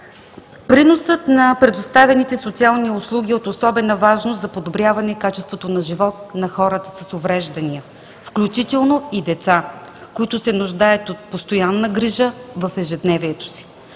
Приносът на предоставените социални услуги е от особена важност за подобряване качеството на живот на хората с увреждания, включително и деца, които се нуждаят от постоянна грижа в ежедневието си.